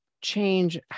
change